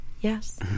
yes